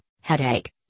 headache